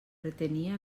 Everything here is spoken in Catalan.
retenia